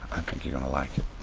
think you're gonna like it.